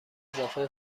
اضافه